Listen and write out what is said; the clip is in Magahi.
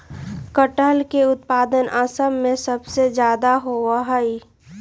कटहल के उत्पादन असम में सबसे ज्यादा होबा हई